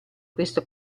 questo